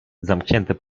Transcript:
zamknięte